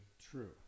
True